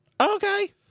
Okay